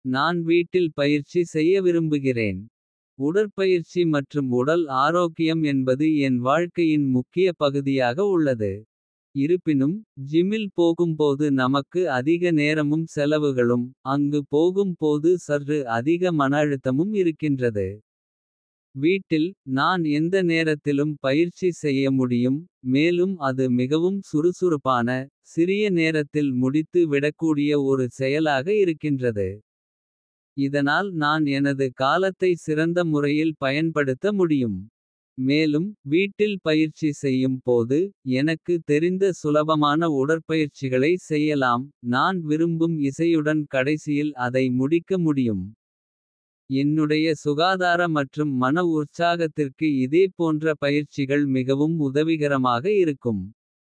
நான் வீட்டில் பயிற்சி செய்ய விரும்புகிறேன். உடற்பயிற்சி மற்றும் உடல் ஆரோக்கியம் என்பது என். வாழ்க்கையின் முக்கிய பகுதியாக உள்ளது இருப்பினும். ஜிமில் போகும்போது நமக்கு அதிக நேரமும் செலவுகளும். அங்கு போகும் போது சற்று அதிக மனஅழுத்தமும் இருக்கின்றது. வீட்டில் நான் எந்த நேரத்திலும் பயிற்சி செய்ய முடியும். மேலும் அது மிகவும் சுறுசுறுப்பான. சிறிய நேரத்தில் முடித்து விடக்கூடிய ஒரு செயலாக இருக்கின்றது. இதனால் நான் எனது காலத்தை சிறந்த முறையில் பயன்படுத்த முடியும். மேலும் வீட்டில் பயிற்சி செய்யும் போது. எனக்கு தெரிந்த சுலபமான உடற்பயிற்சிகளை செய்யலாம். நான் விரும்பும் இசையுடன் கடைசியில் அதை முடிக்க முடியும். என்னுடைய சுகாதார மற்றும் மன உற்சாகத்திற்கு இதே போன்ற. பயிற்சிகள் மிகவும் உதவிகரமாக இருக்கும்